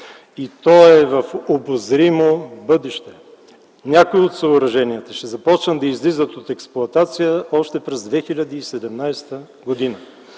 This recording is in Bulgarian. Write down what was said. и той е в обозримо бъдеще. Някои от съоръженията ще започнат да излизат от експлоатация още през 2017 г.